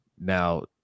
Now